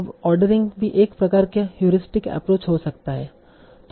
अब ओर्ड़ेरिंग भी एक प्रकार का हयूरिस्टिक एप्रोच हो सकता है